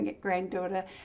granddaughter